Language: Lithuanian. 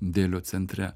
delio centre